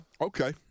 Okay